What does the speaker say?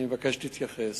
אני מבקש להתייחס.